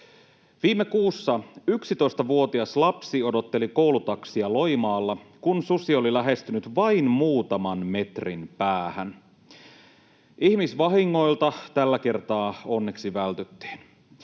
Viime kuussa 11-vuotias lapsi odotteli koulutaksia Loimaalla, kun susi oli lähestynyt vain muutaman metrin päähän. Ihmisvahingoilta tällä kertaa onneksi vältyttiin.